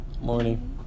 Morning